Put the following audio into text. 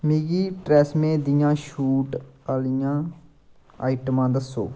मिगी ट्रेसेम्मे दियां छूट आह्लियां आइटमां दस्सो